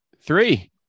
Three